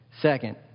Second